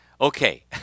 Okay